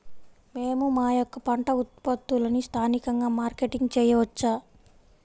మేము మా యొక్క పంట ఉత్పత్తులని స్థానికంగా మార్కెటింగ్ చేయవచ్చా?